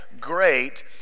great